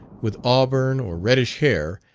with auburn or reddish hair,